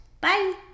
bye